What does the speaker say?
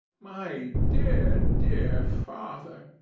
my dear, dear father!